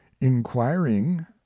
inquiring